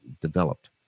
developed